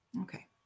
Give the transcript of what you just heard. Okay